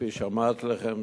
כפי שאמרתי לכם.